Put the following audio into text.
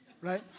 Right